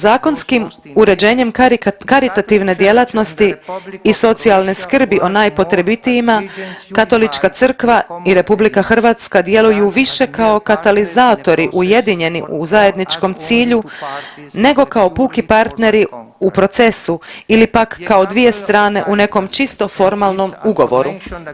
Zakonskim uređenjem karitativne djelatnosti i socijalne skrbi o najpotrebitijima Katolička crkva i RH djeluju više kao katalizatori ujedinjeni u zajedničkom cilju nego kao puki partneri u procesu ili pak kao dvije strane u neko čisto formalnom ugovoru.